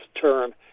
term